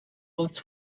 was